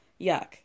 Yuck